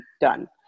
done